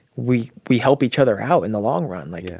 we we help each other out in the long run, like, yeah